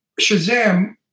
Shazam